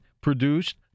produced